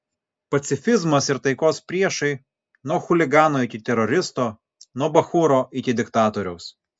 pacifizmas ir taikos priešai nuo chuligano iki teroristo nuo bachūro iki diktatoriaus